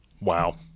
Wow